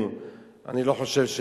זה לא קרה לפני